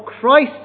Christ